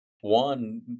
one